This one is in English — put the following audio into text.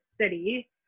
city